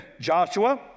Joshua